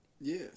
Yes